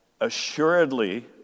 assuredly